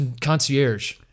Concierge